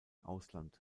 ausland